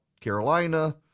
Carolina